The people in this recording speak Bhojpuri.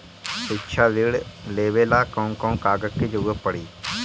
शिक्षा ऋण लेवेला कौन कौन कागज के जरुरत पड़ी?